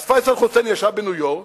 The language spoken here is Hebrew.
אז פייסל חוסייני ישב בניו-יורק,